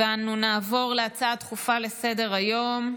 אנו נעבור להצעה דחופה לסדר-היום: